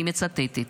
ואני מצטטת: